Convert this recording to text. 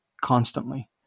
Constantly